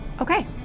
Okay